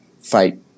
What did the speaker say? fight